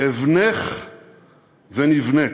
"אבנך ונבנית",